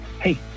hey